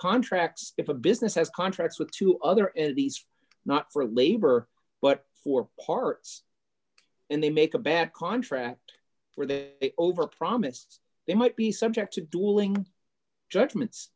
contracts if a business has contracts with two other and these not for labor but for parts and they make a bad contract for the over promised they might be subject to dueling judgments